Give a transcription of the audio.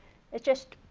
it's just.